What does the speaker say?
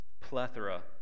plethora